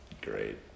great